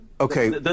Okay